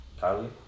Kylie